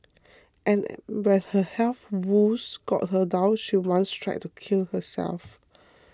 and when her health woes got her down she once tried to kill herself